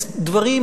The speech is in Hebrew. דברים,